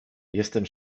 jestem